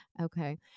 Okay